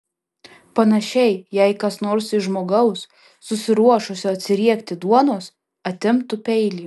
panašiai jei kas nors iš žmogaus susiruošusio atsiriekti duonos atimtų peilį